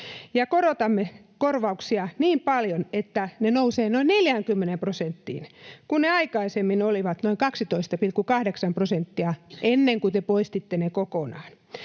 korotamme korvauksia niin paljon, että ne nousevat noin 40 prosenttiin, kun ne aikaisemmin olivat noin 12,8 prosenttia, ennen kuin te poistitte ne kokonaan?